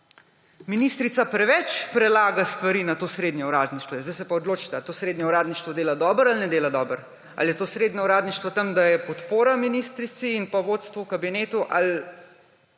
ministrica preveč prelaga stvari na to srednje uradništvo. Zdaj se pa odločite, ali to srednje uradništvo dela dobro ali ne dela dobro, ali je to srednje uradništvo tam, da je podpora ministrici in pa vodstvu kabineta